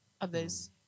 others